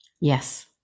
Yes